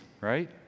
right